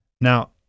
Now